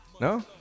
No